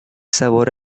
sabor